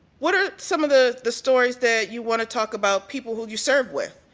what are some of the the stories that you want to talk about people who you served with,